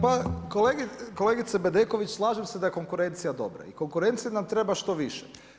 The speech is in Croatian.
Pa kolegice Bedeković, slažem se da je konkurencija dobra i konkurencije nam treba što više.